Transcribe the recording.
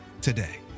today